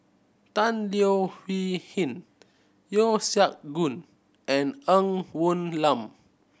Tan Leo Hee Hin Yeo Siak Goon and Ng Woon Lam